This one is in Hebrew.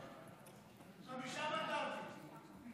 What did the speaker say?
חמישה מנדטים,